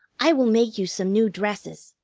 i will make you some new dresses,